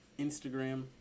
Instagram